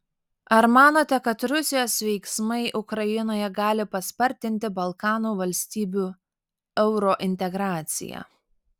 ar manote kad rusijos veiksmai ukrainoje gali paspartinti balkanų valstybių eurointegraciją